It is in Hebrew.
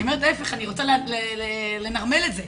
להיפך, אני רוצה לנרמל את זה.